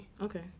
okay